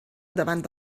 davant